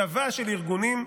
צבא של ארגונים,